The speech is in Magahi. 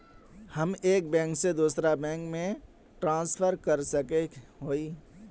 हम एक बैंक से दूसरा बैंक में ट्रांसफर कर सके हिये?